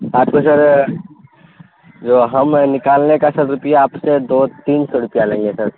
ہاں تو سر وہ ہم نکالنے کا سر روپیہ آپ سے دو تین سو روپیہ لیں گے سر